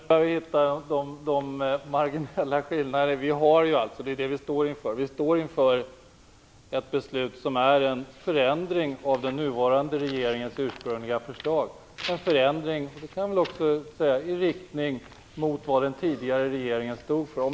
Fru talman! Detta visar vilka marginella skillnader som finns mellan oss. Vi står inför ett beslut som innebär en förändring av den nuvarande regeringens ursprungliga förslag. Jag kan säga att det är en förändring i riktning mot det som den tidigare regeringen stod för.